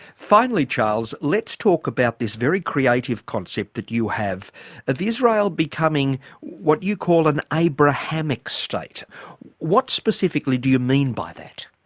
finally charles, let's talk about this very creative concept that you have of israel becoming what you call an abrahamic what specifically do you mean by that?